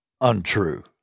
untrue